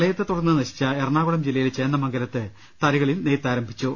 പ്രളയത്തെ തുടർന്ന് നശിച്ച എറണാകുളം ജില്ലയിലെ ചേന്ദമംഗലത്ത് തറികളിൽ നെയ്ത്ത് ആരംഭിച്ചു